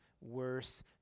worse